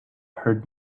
heard